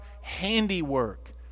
handiwork